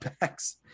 backs